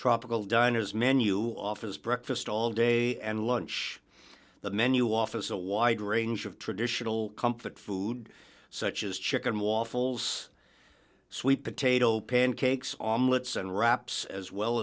tropical diners menu office breakfast all day and lunch the menu office a wide range of traditional comfort food such as chicken wall fals sweet potato pancakes on lots and wraps as well